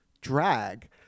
drag